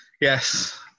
yes